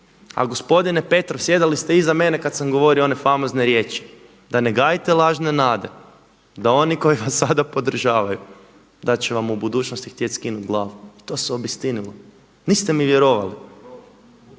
A gospodine Petrov sjedili ste iza mene kada sam govorio one famozne riječi, da ne gajite lažne nade, da oni koji vas sada podržavaju da će vam u budućnosti htjet skinuti glavu i to se obistinilo. Niste mi vjerovali.